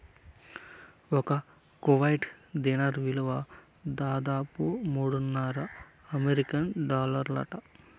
ఒక్క కువైట్ దీనార్ ఇలువ దాదాపు మూడున్నర అమెరికన్ డాలర్లంట